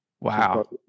Wow